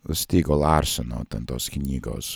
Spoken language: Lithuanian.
nu stygo larseno ten tos knygos